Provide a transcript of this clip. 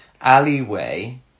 ...alleyway